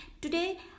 today